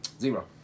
Zero